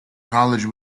college